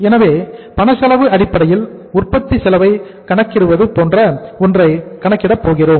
எனவே பணச்செலவு அடிப்படையில் உற்பத்தி செலவை கணக்கிடுவது போன்ற ஒன்றை கணக்கிடப் போகிறோம்